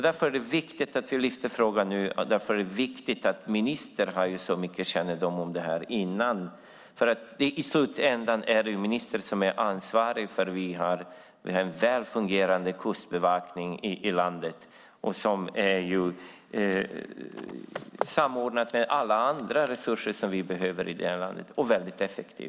Därför är det viktigt att vi nu lyfter fram frågan, och därför är det viktigt att ministern har mycket kännedom om det här. I slutändan är det ministern som är ansvarig för att vi har en väl fungerande kustbevakning i landet som är samordnad med alla andra resurser som vi behöver i det här landet och som är väldigt effektiv.